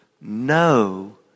no